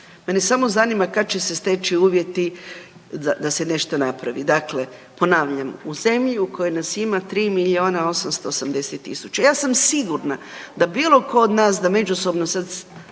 Mene samo zanima kad će steći uvjeti da se nešto napravi. Dakle, ponavljam, u zemlji u kojoj nas ima 3.880.000, ja sam sigurna da bilo ko od nas da međusobno krene